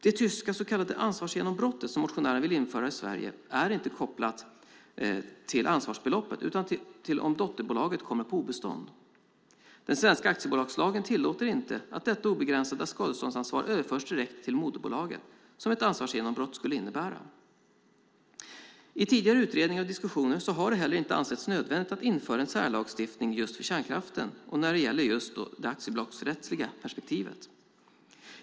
Det tyska så kallade ansvarsgenombrottet, som motionären vill införa i Sverige, är inte kopplat till ansvarsbeloppet utan till om dotterbolaget kommer på obestånd. Den svenska aktiebolagslagen tillåter inte att detta obegränsade skadeståndsansvar överförs direkt till moderbolaget, vilket är vad ett ansvarsgenombrott skulle innebära. I tidigare utredningar och diskussioner har det heller inte ansetts nödvändigt att införa en särlagstiftning just för kärnkraften när det gäller det aktiebolagsrättsliga perspektivet.